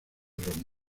roma